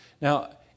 Now